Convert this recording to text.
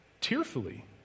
Tearfully